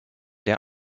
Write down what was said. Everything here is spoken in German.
der